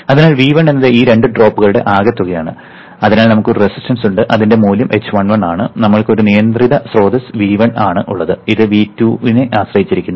അതിനാൽ V1 എന്നത് ഈ രണ്ട് ഡ്രോപ്പുകളുടെ ആകെത്തുകയാണ് അതിനാൽ നമുക്ക് റെസിസ്റ്റൻസ് ഉണ്ട് അതിന്റെ മൂല്യം h11 ആണ് നമ്മൾക്ക് ഒരു നിയന്ത്രിത സ്രോതസ്സ് V1 ആണ് ഇത് V2 നെ ആശ്രയിച്ചിരിക്കുന്നു